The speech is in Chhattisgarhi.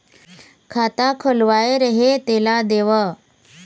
खाता खुलवाय रहे तेला देव?